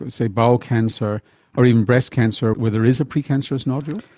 and say, bowel cancer or even breast cancer where there is a precancerous nodule?